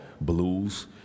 blues